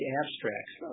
abstracts